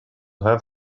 have